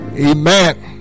Amen